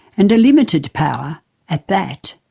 and a limited power at that.